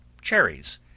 cherries